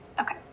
Okay